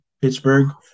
Pittsburgh